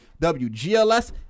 WGLS